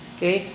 Okay